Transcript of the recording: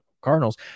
Cardinals